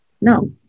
No